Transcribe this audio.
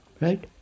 Right